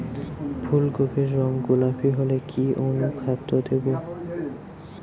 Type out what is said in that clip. ফুল কপির রং গোলাপী হলে কি অনুখাদ্য দেবো?